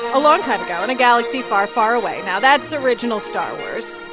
a long time ago in a galaxy far, far away now that's original star wars